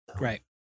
Right